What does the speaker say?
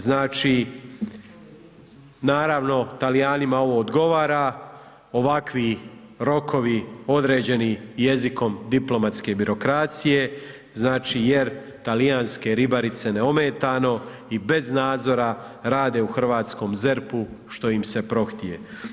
Znači, naravno Talijanima ovo odgovara, ovakvi rokovi određeni jezikom diplomatske birokracije, znači, jer talijanske ribarice neometano i bez nadzora rade u hrvatskom ZERP-u što im se prohtije.